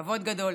כבוד גדול.